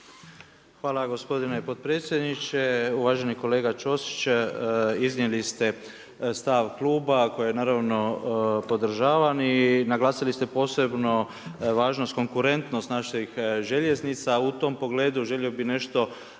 Hvala gospodine potpredsjedniče. Uvaženi kolega Ćosić iznijeli ste stav kluba koji naravno podržavam i naglasili ste posebno važnost konkurentnost naših željeznica. U tom pogledu želio bih nešto preciznije